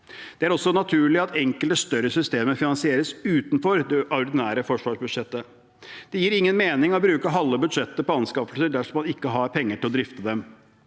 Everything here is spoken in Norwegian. Det er også naturlig at enkelte større systemer finansieres utenfor det ordinære forsvarsbudsjettet. Det gir ingen mening å bruke halve budsjettet på anskaffelser dersom man ikke har penger til å drifte dem.